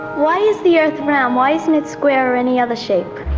why is the earth round? why isn't it square or any other shape?